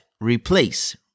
replace